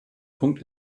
punkt